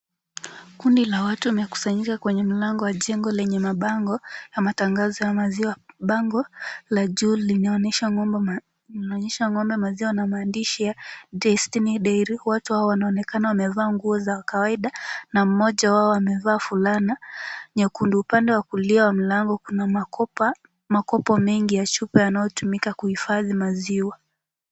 Kundi la watu wamekusanyika kwenye mlango wa jengo lenye mabango ya matangazo ya maziwa. Bango la juu linaonesha ngombe, maziwa na maandishi destiny dairy. Watu hawa wanaonekana wamevaa nguo za kawaida na mmoja wao amevaa fulana nyekundu. Upande wa kulia wa mlango kuna makopo mengi ya chupa yanaotumika kuhifadhi maziwa.